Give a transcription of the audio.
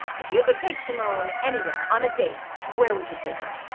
if you could take simone anywhere on a date, where would you take her?